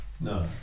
No